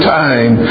time